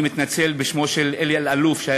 אני מתנצל בשמו של אלי אלאלוף,